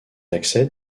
accès